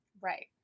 Right